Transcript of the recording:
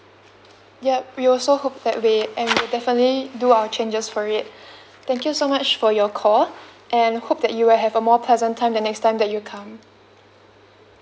yup we also hope that way and we'll definitely do our changes for it thank you so much for your call and hope that you will have a more pleasant time the next time that you come